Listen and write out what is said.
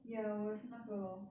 ya 我的是那个 lor